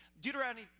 Deuteronomy